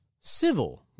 civil